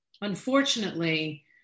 unfortunately